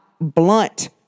blunt